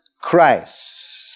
Christ